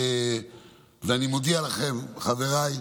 ואני מודיע לכם, חבריי,